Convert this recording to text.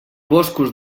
boscos